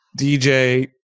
DJ